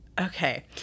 Okay